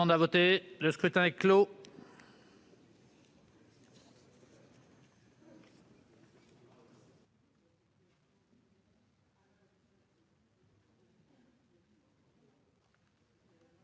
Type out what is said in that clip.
Le scrutin est clos.